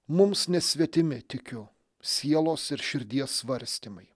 mums nesvetimi tikiu sielos ir širdies svarstymai